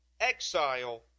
exile